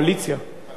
בקואליציה זה נכון.